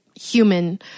human